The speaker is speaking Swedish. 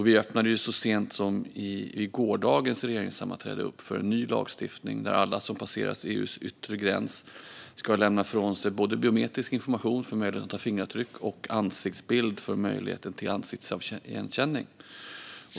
Vi öppnade så sent som vid gårdagens regeringssammanträde upp för en ny lagstiftning där alla som passerar EU:s yttre gräns ska lämna ifrån sig både biometrisk information i form av fingeravtryck och ansiktsbild för möjlighet till ansiktsigenkänning.